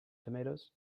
tomatoes